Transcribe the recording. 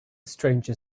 stranger